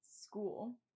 school